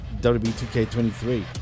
WB2K23